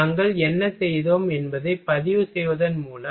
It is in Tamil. நாங்கள் என்ன செய்தோம் என்பதை பதிவு செய்வதன் மூலம்